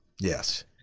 yes